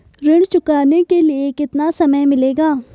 ऋण चुकाने के लिए कितना समय मिलेगा?